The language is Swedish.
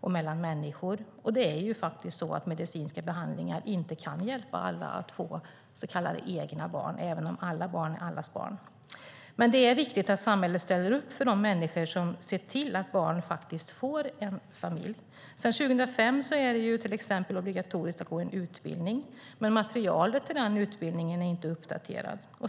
och mellan människor. Det är faktiskt så att medicinska behandlingar inte kan hjälpa alla att få så kallade egna barn, även om alla barn är allas barn. Det är viktigt att samhället ställer upp för de människor som ser till att barn får en familj. Sedan 2005 är det till exempel obligatoriskt att gå en utbildning. Men materialet till den utbildningen är inte uppdaterat.